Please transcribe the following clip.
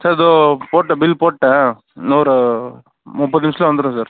sir இதோ போட்டுவிட்டேன் bill போட்டுவிட்டேன் இன்னும் ஒரு முப்பது நிமிஷத்துல வந்துடும் சார்